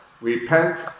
Repent